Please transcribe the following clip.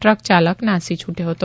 truck ચાલક નાસી છૂટ્યો હતો